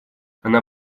она